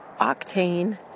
Octane